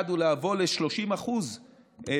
שהיעד הוא להגיע ל-30% ב-2030,